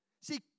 See